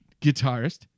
guitarist